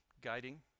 Guiding